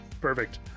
perfect